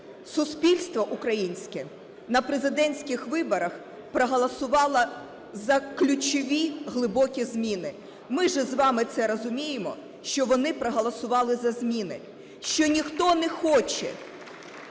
суспільство українське на президентських виборах проголосувало за ключові, глибокі зміни. Ми же з вами це розуміємо, що вони проголосували за зміни, що ніхто не хоче